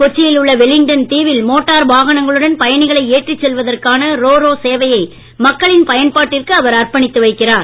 கொச்சியில் உள்ள வெலிங்டன் தீவில் மோட்டார் வாகனங்களுடன் பயணிகளை ஏற்றிச் செல்வதற்கான ரோ ரோ சேவையை மக்களின் பயன்பாட்டிற்கு அவர் அர்ப்பணித்து வைக்கிறார்